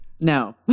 No